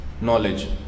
knowledge